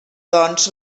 doncs